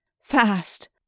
fast